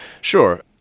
Sure